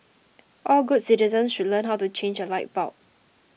all good citizens should learn how to change a light bulb